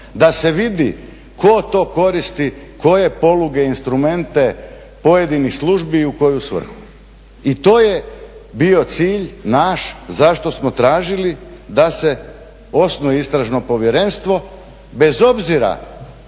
Da se vidi tko to koristi koje poluge i instrumente pojedinih službi i u koju svrhu. I to je bio cilj naš zašto smo tražili da se osnuje Istražno povjerenstvo bez obzira